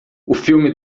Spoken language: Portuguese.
filme